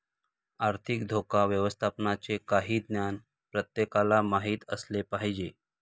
आर्थिक धोका व्यवस्थापनाचे काही ज्ञान प्रत्येकाला माहित असले पाहिजे